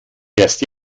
erst